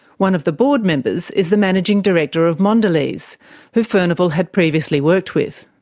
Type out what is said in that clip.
one of the board members is the managing director of mondelez who furnival had previously worked with.